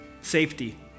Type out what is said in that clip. safety